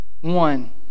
One